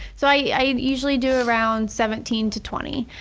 so i usually do around seventeen to twenty.